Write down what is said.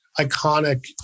iconic